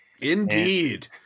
Indeed